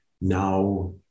Now